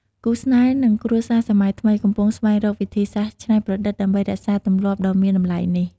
គូស្នេហ៍ និងគ្រួសារសម័យថ្មី កំពុងស្វែងរកវិធីសាស្រ្តច្នៃប្រឌិតដើម្បីរក្សាទម្លាប់ដ៏មានតម្លៃនេះ។